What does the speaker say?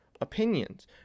opinions